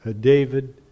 David